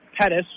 Pettis